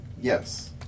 Yes